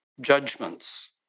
judgments